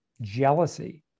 jealousy